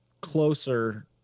closer